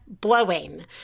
blowing